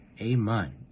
Amen